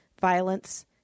violence